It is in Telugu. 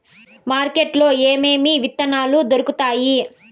మార్కెట్ లో ఏమేమి విత్తనాలు దొరుకుతాయి